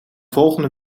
volgende